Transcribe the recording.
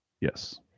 Yes